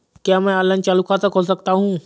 क्या मैं ऑनलाइन चालू खाता खोल सकता हूँ?